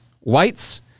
whites